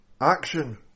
action